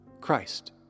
Christ